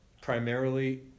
primarily